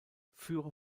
führer